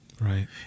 right